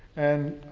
and,